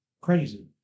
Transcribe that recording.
crazy